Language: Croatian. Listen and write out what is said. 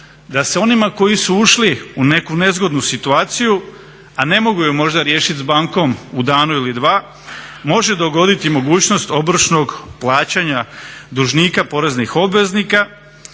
da se onima koji su ušli u neku nezgodnu situaciju, a ne mogu ju možda riješit s bankom u danu ili dva, može dogoditi mogućnost obročnog plaćanja dužnika, poreznih obveznika.